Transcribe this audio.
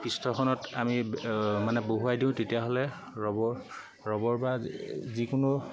পৃষ্ঠখনত আমি মানে বহুৱাই দিওঁ তেতিয়াহ'লে ৰবৰ ৰবৰ বা যিকোনো